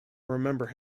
remember